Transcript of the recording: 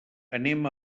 anem